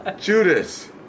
Judas